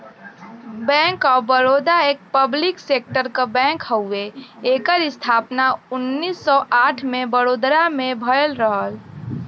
bank of Baroda एक public sector क bank हउवे एकर स्थापना उन्नीस सौ आठ में बड़ोदरा में भयल रहल